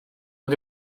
dod